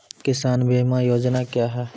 किसान बीमा योजना क्या हैं?